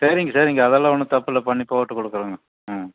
சரிங்க சார் அதெல்லாம் ஒன்றும் தப்பில்லை பண்ணி போட்டுக்கொடுக்குறோங்க